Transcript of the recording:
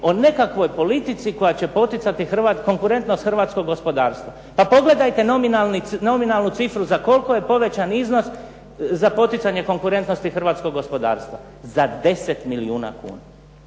o nekakvoj politici koja će poticati konkurentnost hrvatskog gospodarstva. Pa pogledajte nominalnu cifru za koliko je povećan iznos za poticanje konkurentnosti hrvatskog gospodarstva. Za deset milijuna kuna.